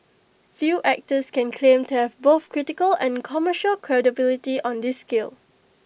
few actors can claim to have both critical and commercial credibility on this scale